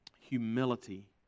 humility